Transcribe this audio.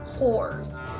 whores